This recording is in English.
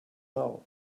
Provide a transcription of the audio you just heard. now